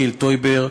יחיאל טויבר,